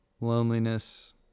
loneliness